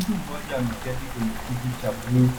Mtu mmoja ameketi kwenye kiti cha bluu